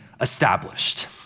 established